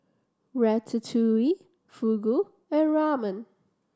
Ratatouille Fugu and Ramen